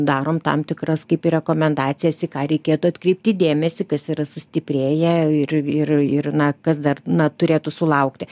darom tam tikras kaip ir rekomendacijas į ką reikėtų atkreipti dėmesį kas yra sustiprėję ir ir ir na kas dar na turėtų sulaukti